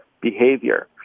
behavior